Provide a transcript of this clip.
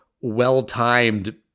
well-timed